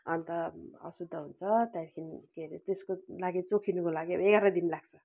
अन्त अशुद्ध हुन्छ त्यहाँदेखि त्यसको लागि चोखिनुको लागि एघार दिन लाग्छ